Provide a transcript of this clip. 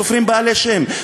סופרים בעלי שם,